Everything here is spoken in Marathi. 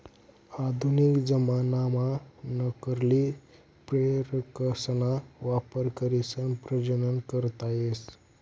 आधुनिक जमानाम्हा नकली संप्रेरकसना वापर करीसन प्रजनन करता येस